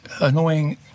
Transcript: annoying